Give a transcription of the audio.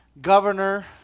governor